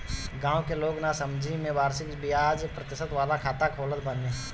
गांव के लोग नासमझी में वार्षिक बियाज प्रतिशत वाला खाता खोलत बाने